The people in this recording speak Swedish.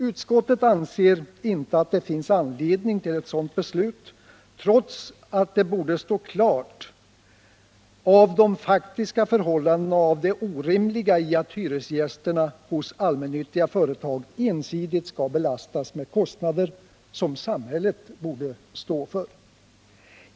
Utskottet anser inte att det finns anledning till ett sådant beslut, trots att det av de faktiska förhållandena borde stå klart hur orimligt det är att hyresgästerna hos allmännyttiga företag ensidigt skall belastas med kostnader som samhället borde stå för.